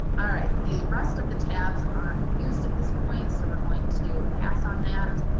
alright, the rest of the tabs aren't used at this point, so we're going to pass on that.